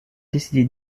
décidé